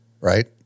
right